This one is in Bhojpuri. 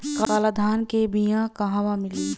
काला धान क बिया कहवा मिली?